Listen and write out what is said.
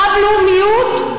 רב-לאומיות,